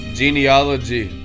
genealogy